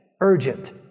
urgent